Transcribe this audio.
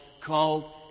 called